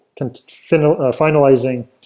finalizing